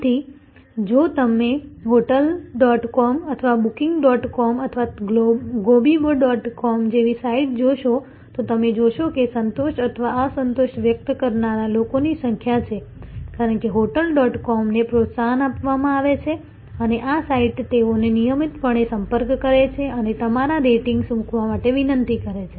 તેથી જો તમે હોટેલ ડોટ કોમ અથવા બુકિંગ ડોટ કોમ અથવા ગોબીબો ડોટ કોમ જેવી સાઇટ્સ જોશો તો તમે જોશો કે સંતોષ અથવા અસંતોષ વ્યક્ત કરનારા લોકોની સંખ્યા છે કારણ કે હોટલ ડોટ કોમને પ્રોત્સાહન આપવામાં આવે છે અને આ સાઇટ્સ તેઓનો નિયમિતપણે સંપર્ક કરે છે અને તમારા રેટિંગ્સ મૂકવા માટે વિનંતી કરે છે